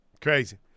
Crazy